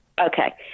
Okay